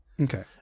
Okay